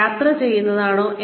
അത് യാത്ര ചെയ്യുന്നതാണോ